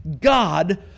God